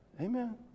Amen